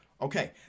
Okay